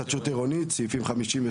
בנושא פרק ט"ו התחדשות עירונית סעיפים 56(1),